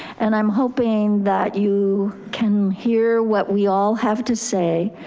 and i'm hoping that you can hear what we all have to say.